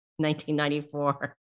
1994